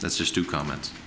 that's just to comment